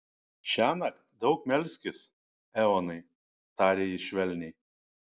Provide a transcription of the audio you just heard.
šiąnakt daug melskis eonai tarė jis švelniai